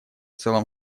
целом